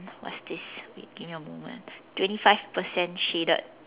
what's this wait give me a moment twenty five percent shaded